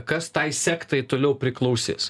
kas tai sektai toliau priklausys